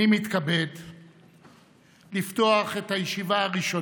אני קשוב לביקורת הזאת.